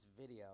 video